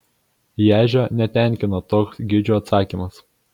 ježio netenkino toks gidžių atsakymas